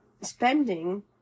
spending